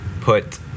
put